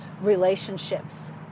relationships